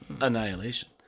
Annihilation